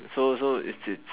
so so it's it's